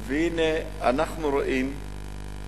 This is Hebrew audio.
והנה, אנחנו רואים את כל הבנים